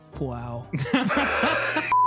wow